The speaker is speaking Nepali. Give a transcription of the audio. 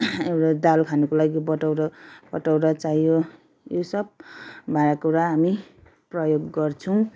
एउटा दाल खानुको लागि कटौरा कटौरा चाहियो यो सब भाँडाकुँडा हामी प्रयोग गर्छौँ